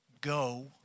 Go